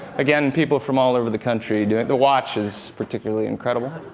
again, people from all over the country. the watch is particularly incredible.